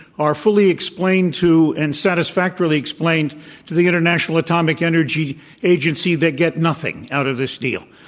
are fully explained to and satisfactorily explained to the int ernational atomic energy agency they get nothing out of this deal.